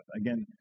Again